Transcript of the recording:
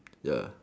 ya